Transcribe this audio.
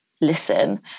listen